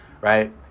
right